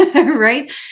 right